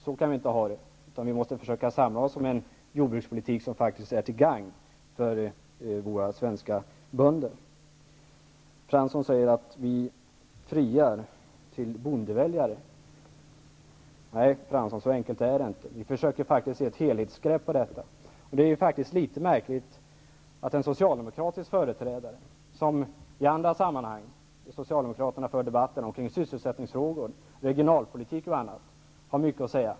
Så kan vi inte ha det, utan vi måste försöka samla oss kring en jordbrukspolitik som faktiskt är till gagn för våra svenska bönder. Jan Fransson säger att vi friar till bondeväljare. Nej, Jan Fransson, så enkelt är det inte. Vi försöker få ett helhetsgrepp. När Socialdemokraterna för debatt om sysselsättningsfrågor, regionalpolitik och annat sådant har de mycket att säga.